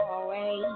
away